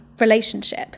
relationship